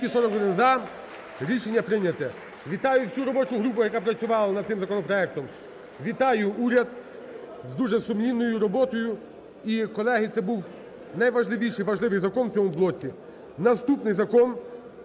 Вітаю всю робочу групу, яка працювала над цим законопроектом. Вітаю уряд з дуже сумлінною роботою. І, колеги, це був найважливіший, важливий закон в цьому блоці. Наступний закон